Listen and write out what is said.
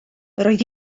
roedd